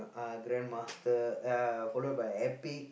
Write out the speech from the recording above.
uh Grandmaster uh followed by Epic